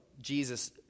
Jesus